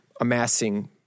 amassing